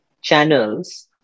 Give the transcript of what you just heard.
channels